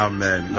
Amen